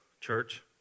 church